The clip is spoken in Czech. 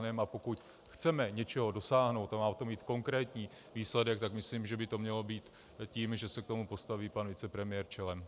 A pokud chceme něčeho dosáhnout a má o tom být konkrétní výsledek, tak myslím, že by to mělo být tím, že se k tomu postaví pan vicepremiér čelem.